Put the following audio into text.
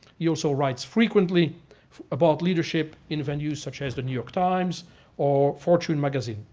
he also writes frequently about leadership in venues such as the new york times or fortune magazine.